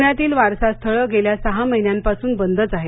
पुण्यातील वारसास्थळे गेल्या सहा महिन्यांपासून बंदच आहेत